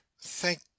Thank